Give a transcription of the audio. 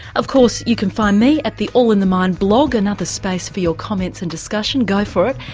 of course you can find me at the all in the mind blog another space for your comments and discussion go for it.